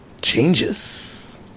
changes